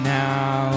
now